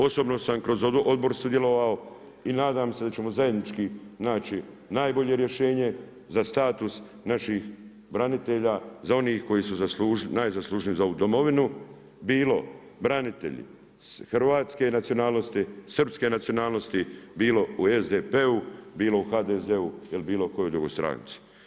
Osobno sam kroz odbor sudjelovao i nadam se da ćemo zajednički naći najbolje rješenje za status naših branitelja, za one koji su najzaslužniji za ovu domovinu, bilo branitelji hrvatske nacionalnosti, srpske nacionalnosti, bilo u SDP-u, bilo u HDZ-u ili u bilo kojoj drugoj stranci.